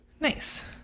Nice